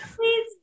Please